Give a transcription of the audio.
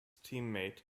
teammate